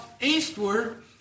eastward